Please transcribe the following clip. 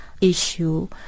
issue